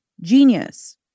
Genius